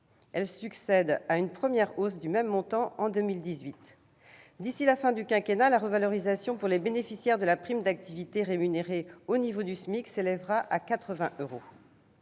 succède à une première hausse du même montant, intervenue en 2018. D'ici à la fin du quinquennat, la revalorisation pour les bénéficiaires de la prime d'activité rémunérés au niveau du SMIC s'élèvera à 80 euros.